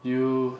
you